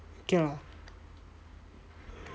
okay lah